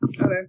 Okay